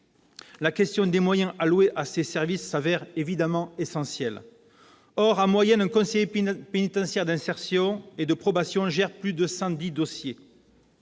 la question des moyens alloués à ces services est évidemment essentielle. En moyenne, un conseiller pénitentiaire d'insertion et de probation gère plus de cent dix dossiers